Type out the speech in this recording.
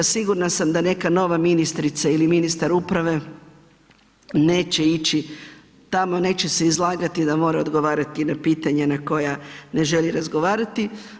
Sigurna sam da neka nova ministrica ili ministar uprave neće ići tamo, neće se izlagati da mora odgovarati na pitanja na koja ne želi razgovarati.